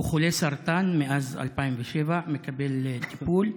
הוא חולה סרטן מאז 2007, מקבל טיפול,